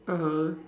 (uh huh)